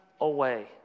away